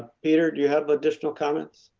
peter, do you have additional comments?